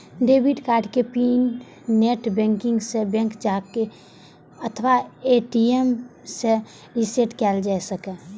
debit कार्डक pin net banking सं, bank जाके अथवा ए.टी.एम सं रीसेट कैल जा सकैए